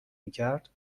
میکرد